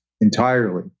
entirely